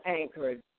anchored